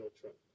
Trump